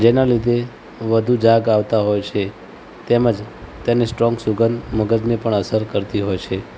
જેના લીધે વધુ ઝાગ આવતા હોય છે તેમજ તેની સ્ટ્રૉંગ સુંગધ મગજને પણ અસર કરતી હોય છે